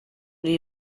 new